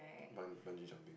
bungee jump